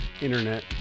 internet